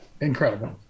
incredible